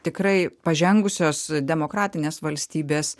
tikrai pažengusios demokratinės valstybės